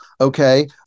Okay